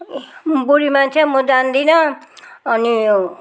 बुढी मान्छे म जान्दिनँ अनि